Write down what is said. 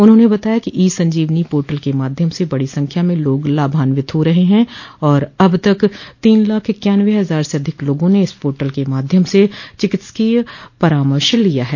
उन्होंने बताया कि ई संजोवनो पोर्टल के माध्यम से बड़ी संख्या में लोग लाभान्वित हो रहे हैं और अब तक तीन लाख इक्यान्नबे हजार से अधिक लोगों ने इस पोर्टल के माध्यम से चिकित्सकीय परामर्श लिया है